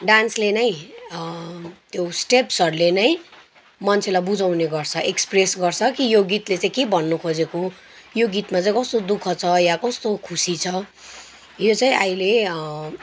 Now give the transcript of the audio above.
डान्सले नै त्यो स्टेप्सहरूले नै मान्छेलाई बुझाउने गर्छ एक्सप्रेस गर्छ कि यो गीतले चाहिँ के भन्नुखोजेको हो यो गीतमा चाहिँ कस्तो दुःख छ या कस्तो खुसी छ यो चाहिँ अहिले